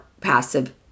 passive